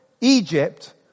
Egypt